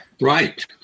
right